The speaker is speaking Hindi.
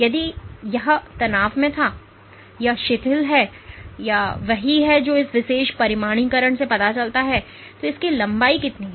यदि यह तनाव में था और यह शिथिल है और यही वह है जो इस विशेष परिमाणीकरण से पता चलता है कि इसकी लंबाई कितनी है